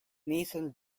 nathan